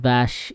Vash